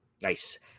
Nice